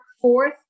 fourth